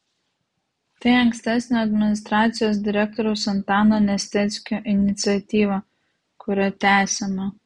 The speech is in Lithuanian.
tai ankstesnio administracijos direktoriaus antano nesteckio iniciatyva kurią tęsiame